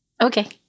Okay